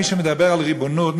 מי שמדבר על ריבונות,